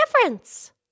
difference